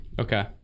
Okay